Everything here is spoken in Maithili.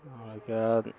ओइके बाद